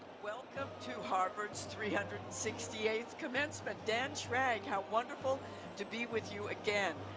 welcome to harvard's three hundred and sixty eight commencement dan schrag how wonderful to be with you again.